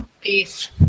Peace